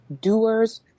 doers